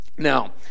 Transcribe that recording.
Now